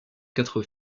quatre